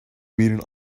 beating